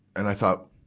and i thought,